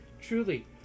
truly